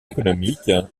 économique